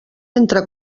entre